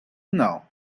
now